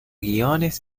guiones